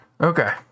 Okay